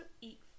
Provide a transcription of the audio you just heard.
eat